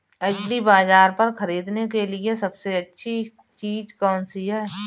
एग्रीबाज़ार पर खरीदने के लिए सबसे अच्छी चीज़ कौनसी है?